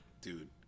Dude